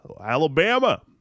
Alabama